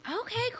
Okay